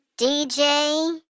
DJ